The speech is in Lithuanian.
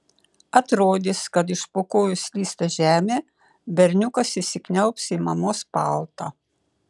atrodys kad iš po kojų slysta žemė berniukas įsikniaubs į mamos paltą